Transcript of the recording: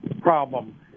problem